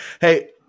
Hey